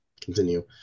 continue